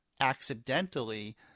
accidentally